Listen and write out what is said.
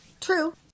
True